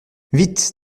vite